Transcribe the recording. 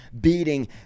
beating